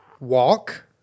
Walk